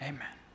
Amen